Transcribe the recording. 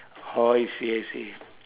orh I see I see